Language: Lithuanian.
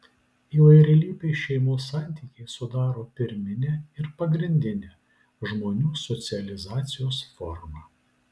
įvairialypiai šeimos santykiai sudaro pirminę ir pagrindinę žmonių socializacijos formą